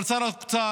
אבל שר האוצר,